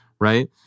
right